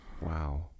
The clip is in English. Wow